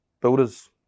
builders